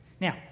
Now